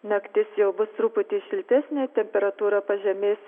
naktis jau bus truputį šiltesnė temperatūra pažemės